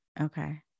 okay